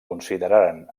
consideraren